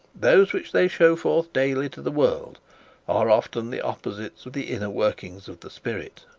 those which they show forth daily to the world are often the opposites of the inner workings of the spirit.